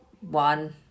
one